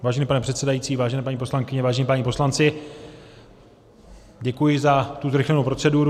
Vážený pane předsedající, vážené paní poslankyně, vážení páni poslanci, děkuji za tu zrychlenou proceduru.